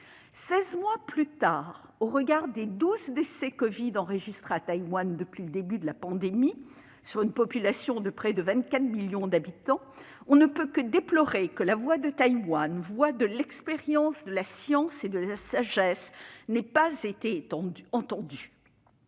mois plus tard, au regard des douze décès dus au covid-19 à Taïwan depuis le début de la pandémie, sur une population de près de 24 millions d'habitants, on ne peut que déplorer que la voix de Taïwan, voix de l'expérience, de la science et de la sagesse n'ait pas été entendue.